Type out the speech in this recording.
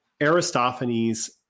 Aristophanes